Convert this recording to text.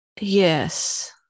Yes